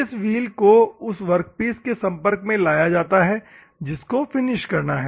इस व्हील को उस वर्कपीस के संपर्क में लाया जाता है जिसको फिनिश करना है